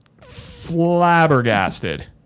flabbergasted